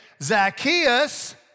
Zacchaeus